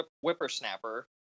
whippersnapper